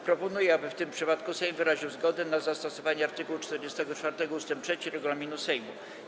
Proponuję, aby w tym przypadku Sejm wyraził zgodę na zastosowanie art. 44 ust. 3 regulaminu Sejmu.